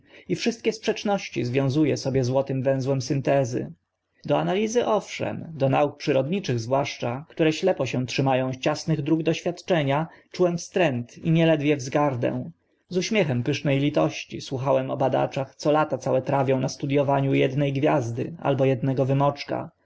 i wszystkie sprzeczności związu e sobie złotym węzłem syntezy do analizy owszem do nauk przyrodniczych zwłaszcza które ślepo się trzyma ą ciasnych dróg doświadczenia czułem wstręt i nieledwie wzgardę z uśmiechem pyszne litości słuchałem o badaczach co lata całe trawią na studiowaniu edne gwiazdy albo ednego wymoczka